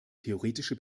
theoretische